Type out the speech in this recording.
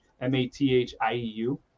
M-A-T-H-I-E-U